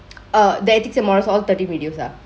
err the ethics and moral all thirteen videos ah